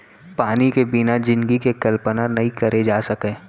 पानी के बिना जिनगी के कल्पना नइ करे जा सकय